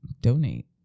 donate